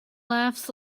laughs